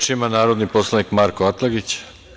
Reč ima narodni poslanik Marko Atlagić.